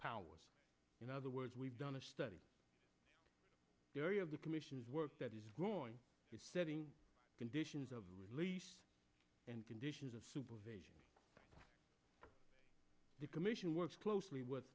powers in other words we've done a study of the commission's work that is growing and setting conditions of release and conditions of supervision the commission works closely with